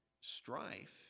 strife